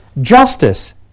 justice